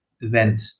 event